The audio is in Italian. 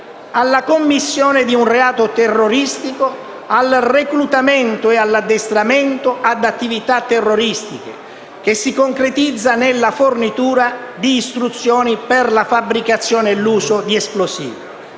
alla commissione di un reato terroristico, al reclutamento e all'addestramento ad attività terroristiche che si concretizza nella fornitura di istruzioni per la fabbricazione e l'uso di esplosivi,